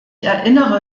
erinnere